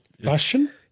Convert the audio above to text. Fashion